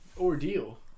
ordeal